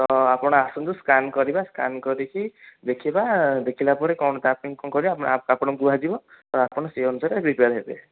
ତ ଆପଣ ଆସନ୍ତୁ ସ୍କାନ୍ କରିବା ସ୍କାନ୍ କରିକି ଦେଖିବା ଦେଖିଲାପରେ କ'ଣ ତାପାଇଁ କ'ଣ କରିବା ଆପଣଙ୍କୁ କୁହାଯିବ ତ ଆପଣ ସେଇ ଅନୁସାରେ ପ୍ରିପେୟାର ହେବେ